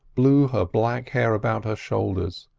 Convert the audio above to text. blew her black hair about her shoulders,